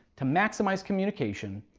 to maximize communication,